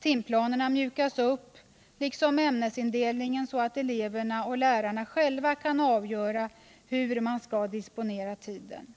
timplanerna, liksom ämnesindelningen, mjukas upp så att eleverna och lärarna själva kan avgöra hur man skall disponera tiden.